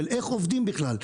של איך עובדים בכלל?